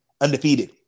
undefeated